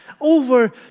over